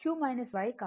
కాబట్టి ఇది 14